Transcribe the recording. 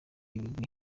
ibigwi